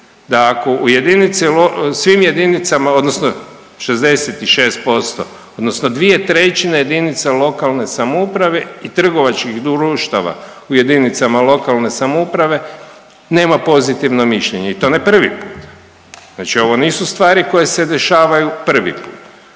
svim jedinicama odnosno 66% odnosno 2/3 jedinica lokalne samouprave i trgovačkih društava u jedinicama lokalne samouprave nema pozitivno mišljenje i to ne prvi put, znači ovo nisu stvari koje se dešava prvi put.